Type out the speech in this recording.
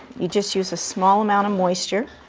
you just use a small amount of moisture,